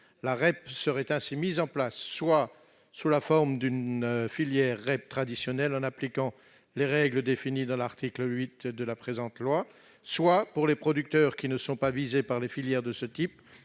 La REP serait ainsi mise en place, soit sous la forme d'une filière REP traditionnelle en appliquant les règles définies à l'article 8 de la présente loi, soit, pour les producteurs qui ne sont pas visés par les filières de ce type,